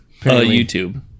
YouTube